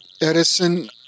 Edison